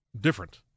different